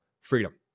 freedom